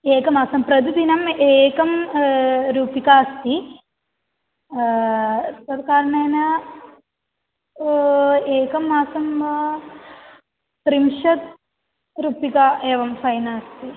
एकमासं प्रतिदिनम् एकं रूप्यकम् अस्ति तत् कारणेन एकं मासं वा त्रिंशत् रूप्यकम् एवं फ़ैन् अस्ति